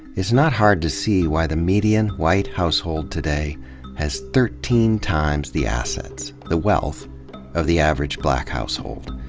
it's not hard to see why the median white household today has thirteen times the assets the wealth of the average black household.